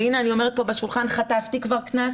אני אומרת פה בשולחן, חטפתי כבר קנס